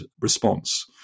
response